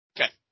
Okay